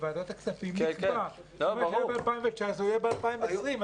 בוועדת הכספים נקבע שמה שהיה ב-2019 יהיה ב-2020.